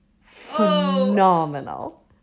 phenomenal